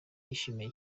yishimiye